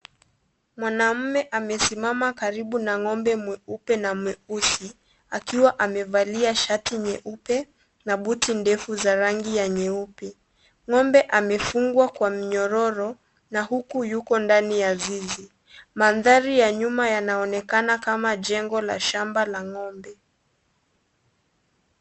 Mwanamme amesimama karibu na ng'ombe mweupe na mweusi akiwa amevalia shati nyeupe na buti ndefu za rangi ya nyeupe. Ng'ombe amefungwa kwa mnyororo na huku yuko ndani ya zizi. Mandhari ya nyuma yanaonekana kama jengo la shamba la ng'ombe.